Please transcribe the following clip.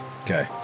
Okay